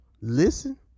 listen